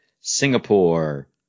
Singapore